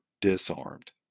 disarmed